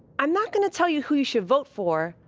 i'm not going to tell you who you should vote for.